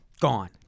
Gone